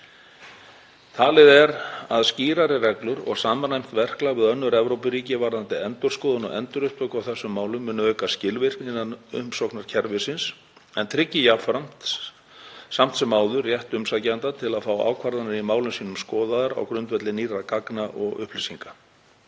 Talið er að skýrari reglur og samræmt verklag við önnur Evrópuríki varðandi endurskoðun og endurupptöku á þessum málum muni auka skilvirkni innan umsóknarkerfisins en tryggir jafnframt samt sem áður rétt umsækjenda til að fá ákvarðanir í málum sínum skoðaðar á grundvelli nýrra gagna og upplýsinga.